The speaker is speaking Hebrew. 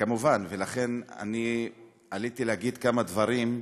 כמובן, ולכן עליתי להגיד כמה דברים.